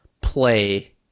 play